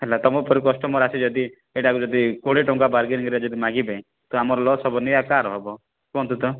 ହେଲା ତୁମ ପରି କଷ୍ଟମର୍ ଆସି ଯଦି ଏଇଟାକୁ ଯଦି କୋଡ଼ିଏ ଟଙ୍କା ବାରଗିଙ୍ଗରେ ଯଦି ମାଗିବେ ତ ଆମର ଲସ୍ ହେବନି ଆଉ କାହାର ହେବ କୁହନ୍ତୁ ତ